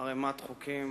ערימת חוקים